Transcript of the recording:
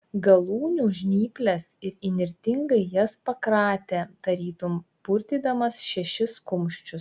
galūnių žnyples ir įnirtingai jas pakratė tarytum purtydamas šešis kumščius